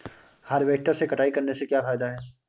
Harvester से कटाई करने से क्या फायदा है?